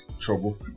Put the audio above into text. Trouble